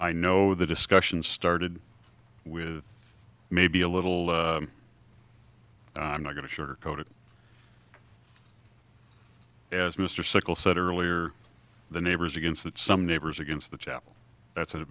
i know the discussion started with maybe a little i'm not going to sugarcoat it as mr sickle said earlier the neighbors against that some neighbors against the cha